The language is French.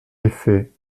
effet